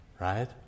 right